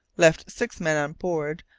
left six men on board,